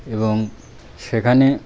এবং সেখানে